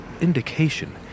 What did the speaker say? indication